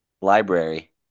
Library